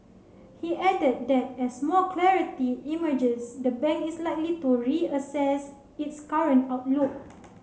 he added that as more clarity emerges the bank is likely to reassess its current outlook